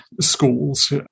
schools